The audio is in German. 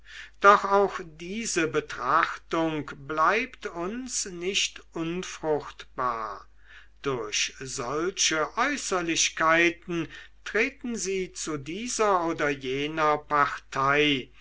doch auch diese betrachtung bleibt uns nicht unfruchtbar durch solche äußerlichkeiten treten sie zu dieser oder jener partei